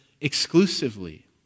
exclusively